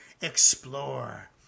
explore